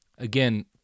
Again